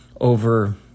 over